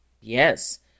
Yes